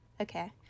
okay